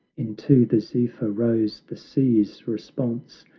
into the zephyr rose the sea's response,